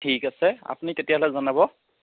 ঠিক আছে আপুনি কেতিয়ালৈ জনাব